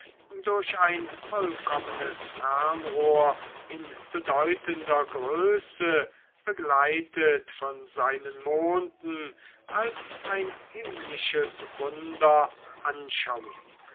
durch ein vollkommenes fernrohr in bedeutender größe begleitet von seinen monden als ein himmlisches wunder anschauen